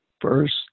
first